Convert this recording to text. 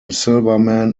silverman